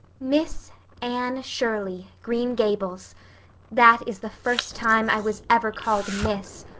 miss anne shirley, green gables that is the first time i was ever called miss.